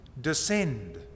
descend